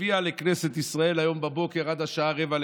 הביאה לכנסת ישראל היום בבוקר, עד השעה 10:45,